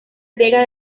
griega